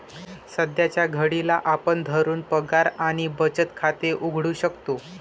सध्याच्या घडीला आपण घरून पगार आणि बचत खाते उघडू शकतो